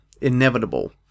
inevitable